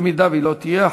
אם היא לא תהיה,